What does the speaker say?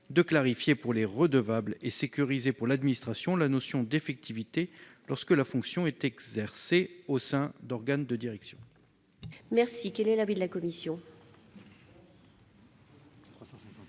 de clarifier pour les redevables et sécuriser pour l'administration la notion d'effectivité, lorsque la fonction est exercée au sein d'organes de direction.